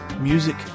Music